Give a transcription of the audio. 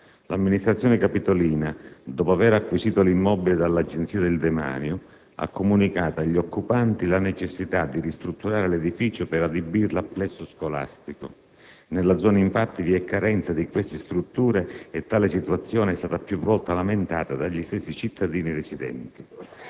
L'Amministrazione capitolina, dopo avere acquisito l'immobile dall'Agenzia del Demanio, ha comunicato agli occupanti la necessità di ristrutturare l'edificio per adibirlo a plesso scolastico. Nella zona, infatti, vi è carenza di queste strutture e tale situazione è stata più volte lamentata dagli stessi cittadini residenti.